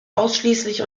ausschließlich